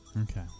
okay